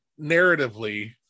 narratively